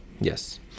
Yes